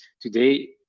today